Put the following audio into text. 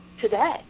today